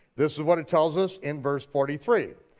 this is what it tells us in verse forty three.